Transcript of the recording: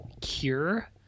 *Cure*